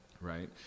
right